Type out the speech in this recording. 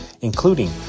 including